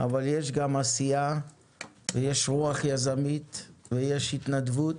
אבל יש גם עשייה ויש רוח יזמית ויש התנדבות